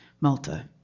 Malta